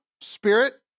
spirit